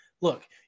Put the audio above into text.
Look